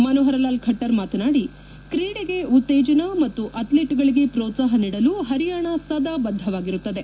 ಮನೋಹರಲಾಲ್ ಖಟ್ಟರ್ ಮಾತನಾಡಿ ಕ್ರೀಡೆಗೆ ಉತ್ತೇಜನ ಮತ್ತು ಅಧ್ಲೀಟ್ಗಳಿಗೆ ಮೋತ್ಸಾಹ ನೀಡಲು ಪರಿಯಾಣ ಸದಾಬದ್ಗವಾಗಿರುತ್ತದೆ